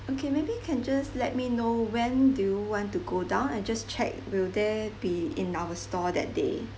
okay maybe you can just let me know when do you want to go down I just check will they be in our store that day